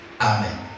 Amen